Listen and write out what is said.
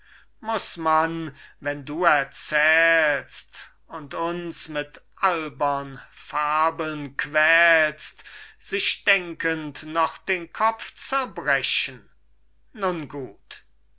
muß man wenn du erzählst und uns mit albern fabeln quälst sich denkend noch den kopf zerbrechen nun gut